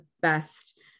best